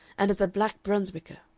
and as a black brunswicker,